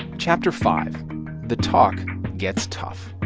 and chapter five the talk gets tough